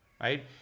right